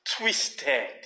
Twisted